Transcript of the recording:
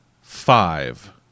five